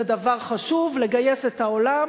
זה דבר חשוב לגייס את העולם